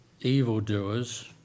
evildoers